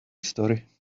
story